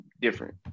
different